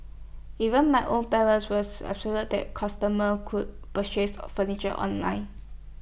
even my own parents were that customers could purchase A furniture online